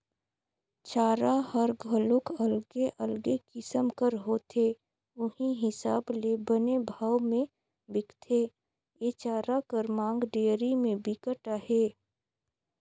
चारा हर घलोक अलगे अलगे किसम कर होथे उहीं हिसाब ले बने भाव में बिकथे, ए चारा कर मांग डेयरी में बिकट अहे